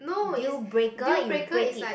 deal breaker you break it